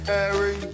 Harry